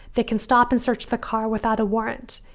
they can stop and search the car without a warrant.